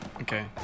Okay